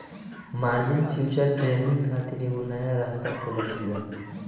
margin future trading खातिर एगो नया रास्ता खोलत बिया